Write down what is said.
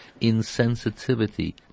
insensitivity